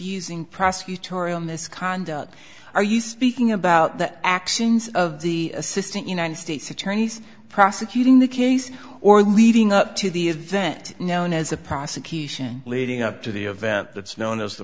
using prosecutorial misconduct are you speaking about the actions of the assistant united states attorneys prosecuting the case or leading up to the event known as a prosecution leading up to the event that's known as the